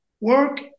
work